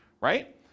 right